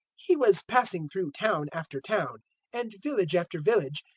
he was passing through town after town and village after village,